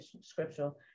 scriptural